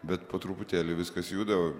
bet po truputėlį viskas juda